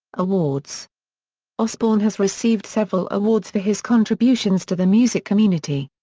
awards osbourne has received several awards for his contributions to the music community.